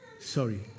sorry